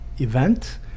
event